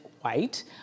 white